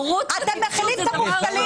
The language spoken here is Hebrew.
אתם מכילים את המובטלים,